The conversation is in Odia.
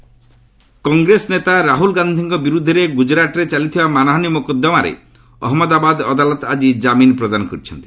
ରାହ୍ନଲ କଂଗ୍ରେସ ନେତା ରାହୁଲ ଗାନ୍ଧିଙ୍କ ବିରୁଦ୍ଧରେ ଗୁଜରାଟରେ ଚାଲିଥିବା ମାନହାନୀ ମୋକଦ୍ଦମାରେ ଅହମ୍ମଦାବାଦ ଅଦାଲତ ଆକି କାମିନ୍ ପ୍ରଦାନ କରିଛନ୍ତି